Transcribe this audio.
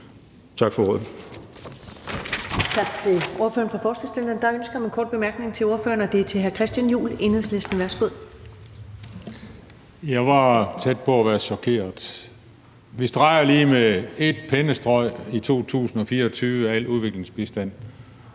Tak for ordet.